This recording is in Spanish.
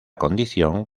condición